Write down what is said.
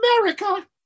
America